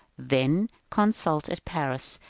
then consul at paris,